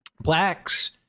blacks